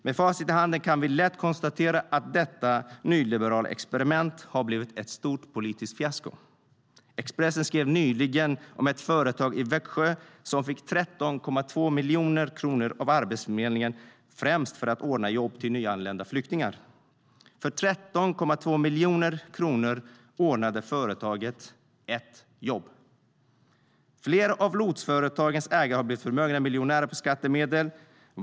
Med facit i handen kan vi lätt konstatera att detta nyliberala experiment har blivit ett stort politiskt fiasko. Expressen skrev nyligen om ett företag i Växjö som fick 13,2 miljoner kronor av Arbetsförmedlingen främst för att ordna jobb till nyanlända flyktingar. För 13,2 miljoner kronor ordnade företaget ett jobb. Flera av lotsföretagens ägare har blivit förmögna miljonärer på skattemedel.